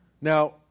Now